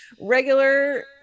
regular